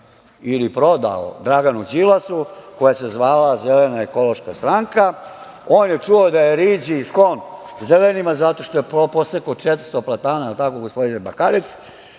ili prodao Draganu Đilasu, koja se zvala - Zelena ekološka stranka, on je čuo da je riđi sklon zelenima zato što je posekao 400 platana, je li tako, gospodine Bakarec,